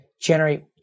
generate